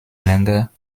länger